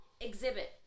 exhibit